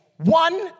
One